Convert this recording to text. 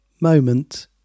moment